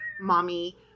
mommy